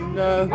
no